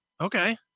okay